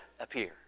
appear